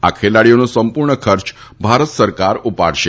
આ ખેલાડીઓનો સંપુર્ણ ખર્ચ ભારત સરકાર ઉપાડશે